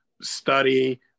study